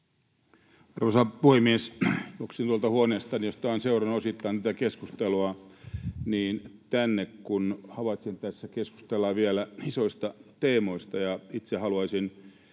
Arvoisa puhemies! Juoksin tänne tuolta huoneestani, josta olen seurannut osittain tätä keskustelua, kun havaitsin, että tässä keskustellaan vielä isoista teemoista. Itse haluaisin